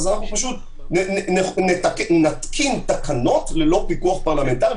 אז נתקין תקנות ללא פיקוח פרלמנטרי,